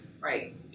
Right